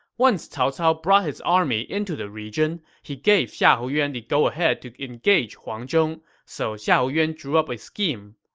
once cao cao brought his army into the region, he gave xiahou yuan the go-ahead to engage huang zhong, so xiahou yuan drew up a scheme.